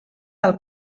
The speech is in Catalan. del